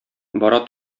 бара